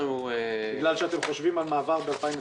בגלל שאתם חושבים על מעבר ב-2021?